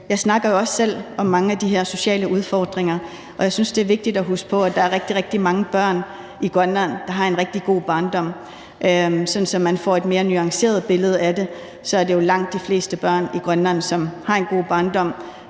jeg vil gerne sige, at jeg synes, at det er vigtigt at huske på, at der er rigtig, rigtig mange børn i Grønland, der har en rigtig god barndom, sådan at man får et mere nuanceret billede af det. Det er jo langt de fleste børn i Grønland, som har en god barndom,